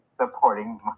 supporting